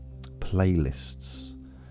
playlists